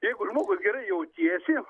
jeigu žmogus gerai jautiesi